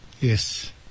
Yes